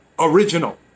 Original